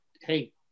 hey